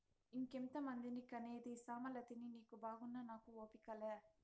ఇంకెంతమందిని కనేది సామలతిని నీకు బాగున్నా నాకు ఓపిక లా